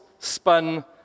spun